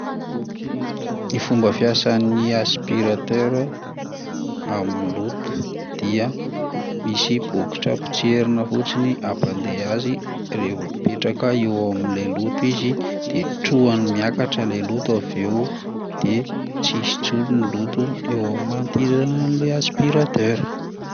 Ny fomba fiasan'ny aspiratera amin'ny loto dia misy bokotra potserina fotsiny hampandeha azy raha vao mipetraka amin'ilay loto izy de trohany miakatra lay loto avy eo de tsisy tsony ny loto eo amin'ny manodidina an'ilay aspiratera.